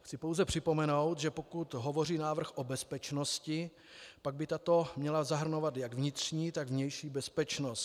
Chci pouze připomenout, že pokud hovoří návrh o bezpečnosti, pak by tato měla zahrnovat jak vnitřní, tak vnější bezpečnost.